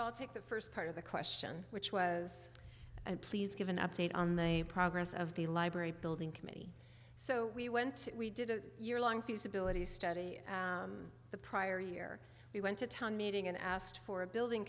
i'll take the first part of the question which was please give an update on the progress of the library building committee so we went we did a year long feasibility study the prior year we went to town meeting and asked for a building